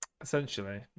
Essentially